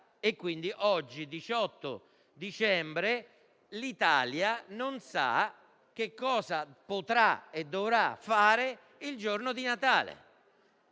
Oggi, 18 dicembre, l'Italia non sa che cosa potrà e dovrà fare il giorno di Natale.